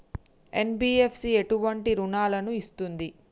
NBFC ఎటువంటి రుణాలను ఇస్తుంది?